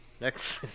Next